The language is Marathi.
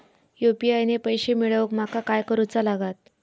यू.पी.आय ने पैशे मिळवूक माका काय करूचा लागात?